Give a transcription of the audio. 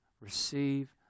receive